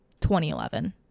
2011